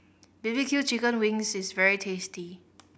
B B Q chicken wings is very tasty